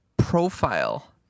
profile